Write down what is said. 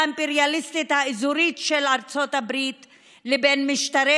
האימפריאליסטית האזורית של ארצות הברית לבין משטרי